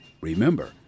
Remember